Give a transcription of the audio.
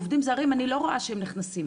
עובדים זרים, אני לא רואה שהם נכנסים.